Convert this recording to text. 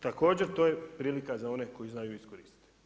Također to je prilika za one koji znaju iskoristiti.